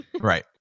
Right